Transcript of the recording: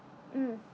mm